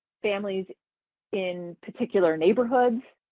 families in particular neighborhoods,